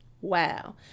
Wow